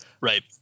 Right